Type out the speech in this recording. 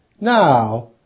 Now